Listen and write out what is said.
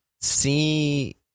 see